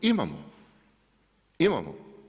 Imamo, imamo.